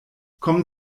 kommen